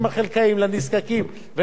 לנזקקים ולחלשים,